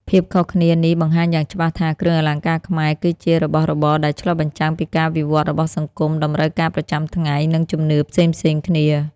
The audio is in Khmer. ភាពខុសគ្នានេះបង្ហាញយ៉ាងច្បាស់ថា គ្រឿងអលង្ការខ្មែរ គឺជារបស់របរដែលឆ្លុះបញ្ចាំងពីការវិវត្តន៍របស់សង្គម តម្រូវការប្រចាំថ្ងៃ និងជំនឿផ្សេងៗគ្នា។